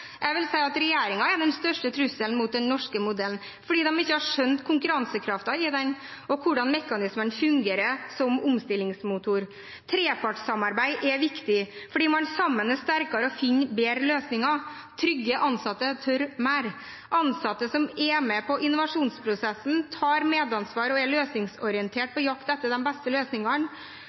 Jeg vil si at regjeringen er den største trusselen mot den norske modellen, fordi de ikke har skjønt konkurransekraften i den og hvordan mekanismene fungerer som omstillingsmotor. Trepartssamarbeid er viktig fordi man sammen er sterkere og finner bedre løsninger. Trygge ansatte tør mer – ansatte som er med på innovasjonsprosessen, tar medansvar og er løsningsorientert på jakt etter de beste løsningene.